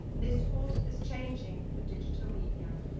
this force is changing with digital media.